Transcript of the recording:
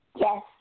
Yes